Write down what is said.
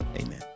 amen